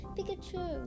Pikachu